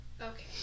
Okay